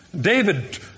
David